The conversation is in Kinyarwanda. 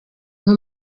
nko